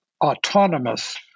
autonomous